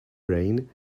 rain